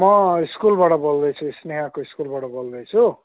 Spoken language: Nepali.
म स्कुलबाट बोल्दैछु स्नेहको स्कुलबाट बोल्दैछु